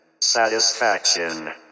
Satisfaction